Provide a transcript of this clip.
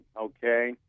okay